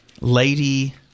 Lady